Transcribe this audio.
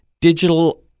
digital